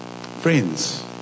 friends